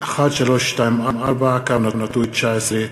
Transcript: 2013, פ/1324/19.